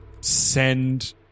Send